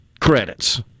credits